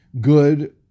good